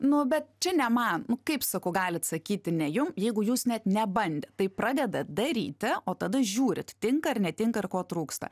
nu bet čia ne man nu kaip sakau galit sakyti ne jum jeigu jūs net nebandėt tai pradeda daryti o tada žiūrit tinka ar netinka ir ko trūksta